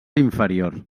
inferior